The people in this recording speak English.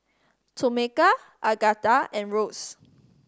Tomeka Agatha and Rose